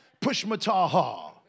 Pushmataha